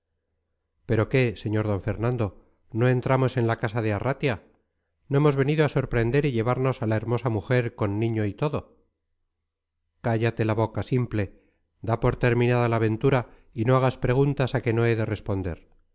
pero qué señor d fernando no entramos en la casa de arratia no hemos venido a sorprender y llevarnos a la hermosa mujer con niño y todo cállate la boca simple da por terminada la aventura y no hagas preguntas a que no he de responder